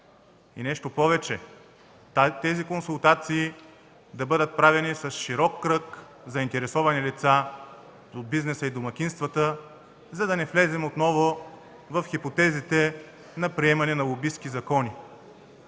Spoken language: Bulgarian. И нещо повече, тези консултации да бъдат правени с широк кръг заинтересовани лица от бизнеса и домакинствата, за да не влезем отново в хипотезите на приемане на лобистки закони.